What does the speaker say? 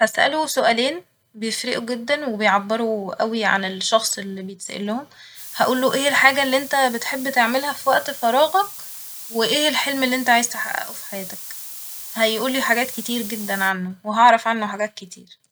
هسأله سؤالين بيفرقوا جدا وبيعبروا أوي عن الشخص اللي بيتسألهم ، هقوله ايه الحاجة الل انت بتحب تعملها في وقت فراغك ، وايه الحلم اللي انت عايز تحققه في حياتك ، هيقولي حاجات كتير جدا عنه وهعرف عنه حاجات كتير